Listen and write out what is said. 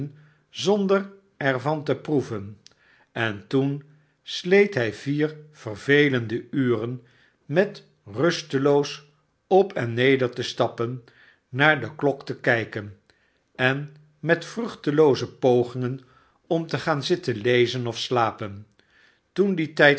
zonder er van te proeven en toen sleet hij vier vervelende uren met rusteloos op en neder te stappen naar de klok te kijken en met vruchtelooze pogingen om te gaan zitten lezen of slapen toen die tijd